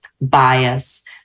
bias